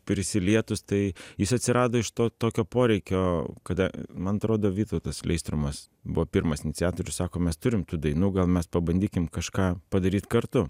prisilietus tai jis atsirado iš to tokio poreikio kada man atrodo vytautas leistrumas buvo pirmas iniciatorius sako mes turim tų dainų gal mes pabandykim kažką padaryt kartu